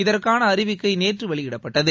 இதற்கான அறிவிக்கை நேற்று வெளியிடப்பட்டது